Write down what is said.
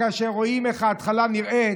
כאשר רואים איך ההתחלה נראית,